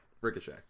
Ricochet